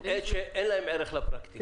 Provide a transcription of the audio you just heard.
יש כאלה שאין להם ערך לפרקטיקה.